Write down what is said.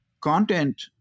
content